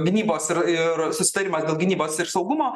gynybos ir susitarimas dėl gynybos ir saugumo